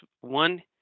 One